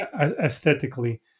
aesthetically